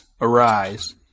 Arise